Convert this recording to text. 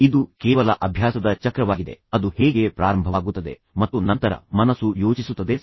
ಇದು ಕೇವಲ ಅಭ್ಯಾಸದ ಚಕ್ರವಾಗಿದೆ ಅದು ಹೇಗೆ ಪ್ರಾರಂಭವಾಗುತ್ತದೆ ಮತ್ತು ನಂತರ ಮನಸ್ಸು ಯೋಚಿಸುತ್ತದೆ ಸರಿ